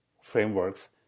frameworks